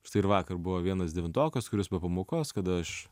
štai ir vakar buvo vienas devintokas kuris po pamokos kada aš